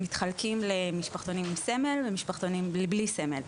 מתחלקים למשפחתונים עם סמל ומשפחתונים בלי סמל.